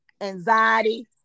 anxiety